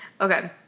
Okay